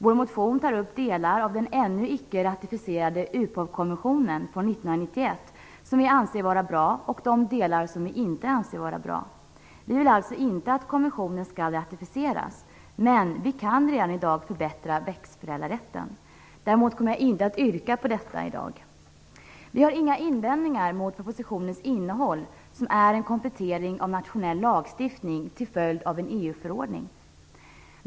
Vår motion tar upp delar av den ännu icke ratificerade UPOV-konventionen från 1991 som vi anser vara bra och de delar som vi inte anser vara bra. Vi vill alltså inte att konventionen skall ratificeras, men vi kan redan i dag förbättra växtförädlarrätten. Däremot kommer jag inte att yrka på detta i dag. Vi har inte några invändningar mot propositionens innehåll, som är en komplettering av nationell lagstiftning till följd av en EU-förordning.